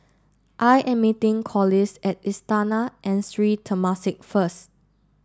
I am meeting Corliss at Istana and Sri Temasek first